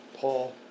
Paul